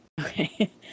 Okay